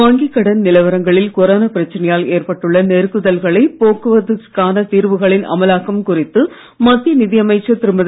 வங்கி கடன் நிலவரங்களில் கொரோனா பிரச்சனையால் நெருக்குதல்களை போக்குவதற்கான ஏற்பட்டுள்ள தீர்வுகளின் அமலாக்கம் குறித்து மத்திய நிதி அமைச்சர் திருமதி